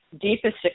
deepest